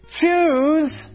Choose